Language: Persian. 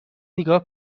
نگاه